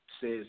says